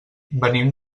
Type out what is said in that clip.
venim